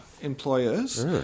employers